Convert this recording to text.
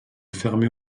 fermée